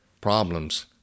problems